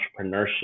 entrepreneurship